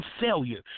failure